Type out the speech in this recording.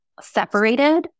separated